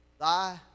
thy